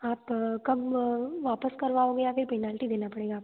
आप कब वापस करवाओगे या फिर पेनाल्टी देना पड़ेगा आपको